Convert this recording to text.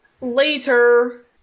later